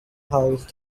house